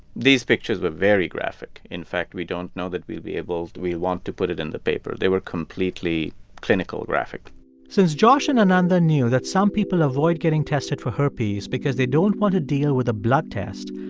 these pictures were very graphic. in fact, we don't know that we'll be able we want to put it in the paper. they were completely clinical graphic since josh and ananda knew that some people avoid getting tested for herpes because they don't want to deal with a blood test,